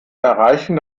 erreichen